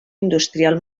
industrial